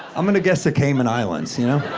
i'm gonna guess the cayman islands, you know.